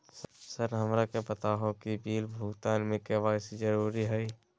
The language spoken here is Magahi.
सर हमरा के बताओ कि बिल भुगतान में के.वाई.सी जरूरी हाई?